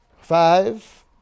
Five